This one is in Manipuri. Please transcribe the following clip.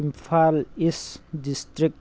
Imphal east district